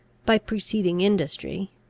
by preceding industry,